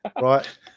right